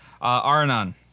Arnon